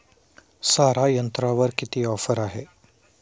सारा यंत्रावर किती ऑफर आहे?